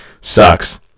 sucks